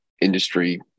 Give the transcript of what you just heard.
industry